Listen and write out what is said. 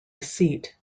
seat